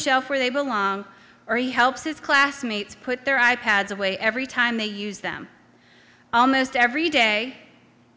shelf where they belong or he helps his classmates put their i pads away every time they use them almost every day